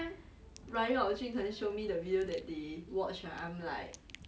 ya lah but